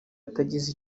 atagize